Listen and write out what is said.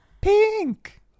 pink